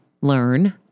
learn